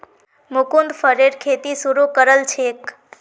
मुकुन्द फरेर खेती शुरू करल छेक